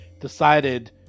decided